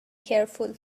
careful